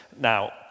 now